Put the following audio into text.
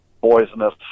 poisonous